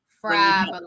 Fried